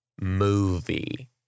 movie